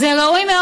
זה לא ראוי.